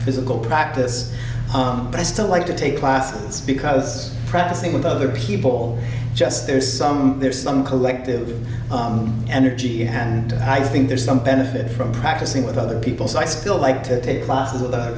physical practice best i like to take classes because practicing with other people just there's some there's some collective energy in hand i think there's some benefit from practicing with other people so i still like to take classes with other